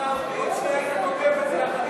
אתה היית כותב את זה יחד אתי.